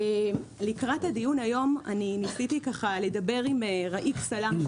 לקראת הדיון היום ניסיתי לדבר עם ראיף סלאם,